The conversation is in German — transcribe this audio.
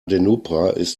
ist